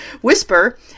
Whisper